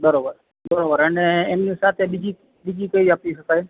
બરોબર બરોબર અને એની સાથે બીજી બીજી કઈ અપીલ થાય